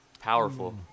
powerful